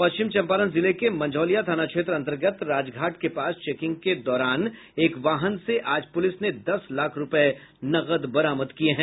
पश्चिम चंपारण जिले के मंझौलिया थाना क्षेत्र अंतर्गत राजघाट के पास चेकिंग के दौरान एक वाहन से पुलिस ने दस लाख रूपये नकद बरामद किया है